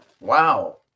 wow